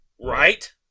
Right